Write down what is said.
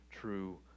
true